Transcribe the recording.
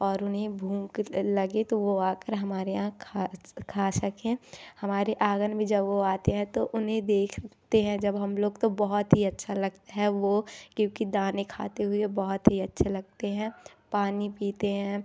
और उन्हें भूख लगे तो वह आ कर हमारे यहाँ खा सकें हमारे आंगन में जब वह आते हैं तो उन्हें देखते है जब हम लोग तो बहुत ही अच्छा लगता है वह क्योंकि दाने खाते हुए बहुत ही अच्छे लगते हैं पानी पीते हैं